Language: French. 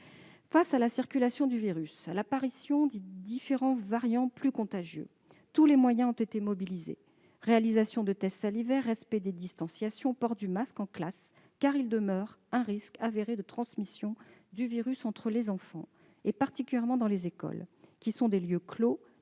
Face à la circulation du virus et à l'apparition de différents variants plus contagieux, tous les moyens ont été mobilisés : réalisation de tests salivaires, respect des distanciations sociales, port du masque en classe. Le risque avéré de transmission du virus entre les enfants demeure, particulièrement dans les écoles, qui sont des lieux clos